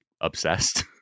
obsessed